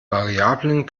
variablen